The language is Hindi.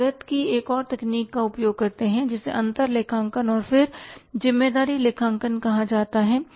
हम लागत की एक और तकनीक का उपयोग करते हैं जिसे अंतर लेखांकन और फिर ज़िम्मेदारी लेखांकन कहा जाता है